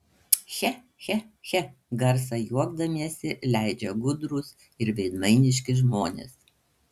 che che che garsą juokdamiesi leidžia gudrūs ir veidmainiški žmonės